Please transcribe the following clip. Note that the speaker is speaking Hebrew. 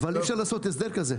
אבל, אי אפשר לעשות הסדר כזה.